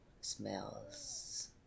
smells